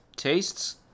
Tastes